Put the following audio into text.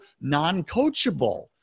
non-coachable